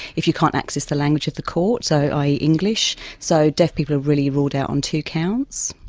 if you can't access the language of the court, so, i. e. english. so deaf people are really ruled out on two counts.